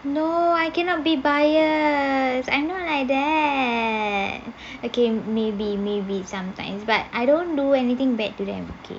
no I cannot be bias I'm not like that okay maybe maybe sometimes but I don't do anything bad to them okay